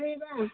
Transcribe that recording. ꯀꯔꯤ ꯍꯥꯏꯕ